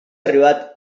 arribat